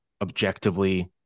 objectively